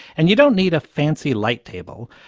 and you don't need a fancy light table.